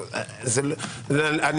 אני